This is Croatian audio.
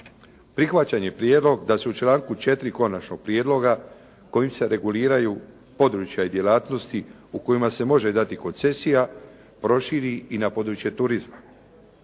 Prihvaćen je prijedlog da se u članku 4. konačnog prijedloga kojim se reguliraju područja i djelatnosti u kojima se može dati koncesija proširi i na područje turizma.